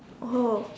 oh